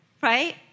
right